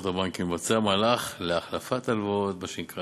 הבנקים לבצע מהלך להחלפת הלוואות מה שנקרא